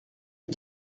est